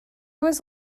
was